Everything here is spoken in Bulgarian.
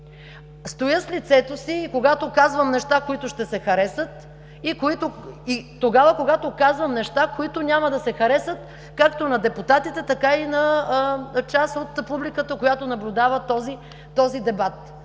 Стоя с лицето си, и когато казвам неща, които ще се харесат, и тогава, когато казвам неща, които няма да се харесат както на депутатите, така и на част от публиката, която наблюдава тези дебати.